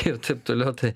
ir taip toliau tai